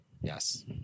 Yes